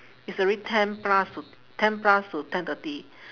it's already ten plus to ten plus to ten thirty